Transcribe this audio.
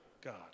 God